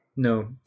no